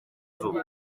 izuba